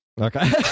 Okay